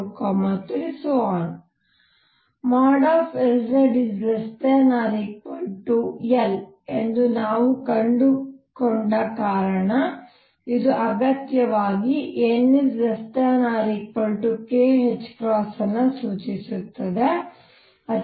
| Lz | ≤L ಎಂದು ನಾವು ಕಂಡುಕೊಂಡ ಕಾರಣ ಇದು ಅಗತ್ಯವಾಗಿ n ≤kℏ ಅನ್ನು ಸೂಚಿಸುತ್ತದೆ